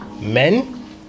men